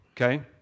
okay